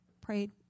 prayed